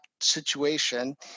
situation